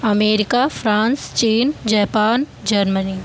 America France China Japan Germany